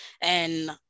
and-